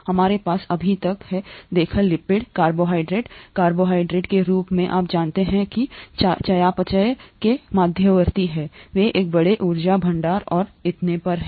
हमारे पास अभी तक है देखा लिपिड कार्बोहाइड्रेट कार्बोहाइड्रेट के रूप में आप जानते हैं कि चयापचय में मध्यवर्ती हैं वे एक बड़े ऊर्जा भंडार और इतने पर हैं